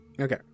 Okay